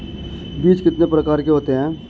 बीज कितने प्रकार के होते हैं?